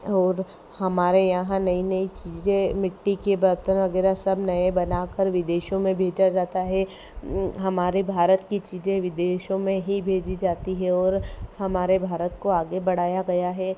और हमारे यहाँ नई नई चीज़ें मिट्टी के बर्तन वगैरह सब नए बनाकर विदेशों में बेचा जाता है हमारे भारत की चीज़ें विदेशों में ही भेजी जाती है और हमारे भारत को आगे बढ़ाया गया है